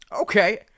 Okay